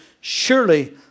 surely